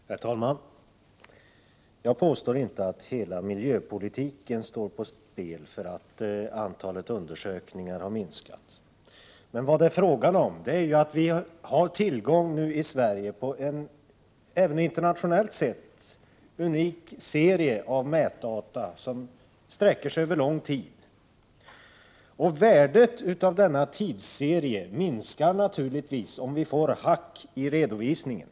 Herr talman! Jag påstår inte att hela miljövårdspolitiken står på spel därför att antalet undersökningar har minskat. Men vad det är fråga om är att vi i Sverige nu har tillgång till en, även internationellt sett, unik serie av mätdata som sträcker sig över lång tid. Värdet av denna tidsserie minskar naturligtvis om vi får hack i redovisningen.